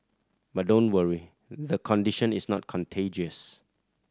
but don't worry the condition is not contagious